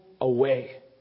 away